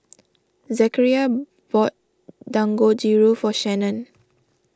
Zechariah bought Dangojiru for Shannan